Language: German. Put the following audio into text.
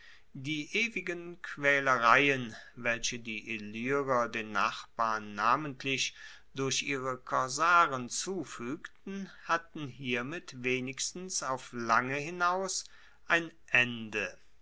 die ewigen quaelereien welche die illyrier den nachbarn namentlich durch ihre korsaren zufuegten hatten hiermit wenigstens auf lange hinaus ein ende